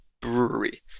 brewery